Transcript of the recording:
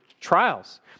trials